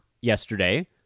yesterday